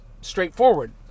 straightforward